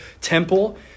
temple